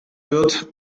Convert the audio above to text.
wird